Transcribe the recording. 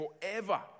forever